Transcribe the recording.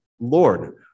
Lord